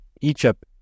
Egypt